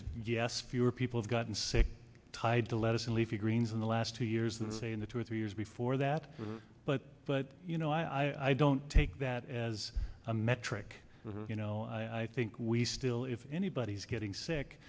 is yes fewer people have gotten sick tied to lettuce in leafy greens in the last two years than the say in the two or three years before that but but you know i don't take that as a metric you know i think we still if anybody's getting sick